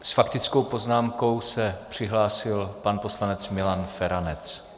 S faktickou poznámkou se přihlásil poslanec Milan Feranec.